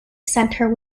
centre